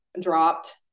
dropped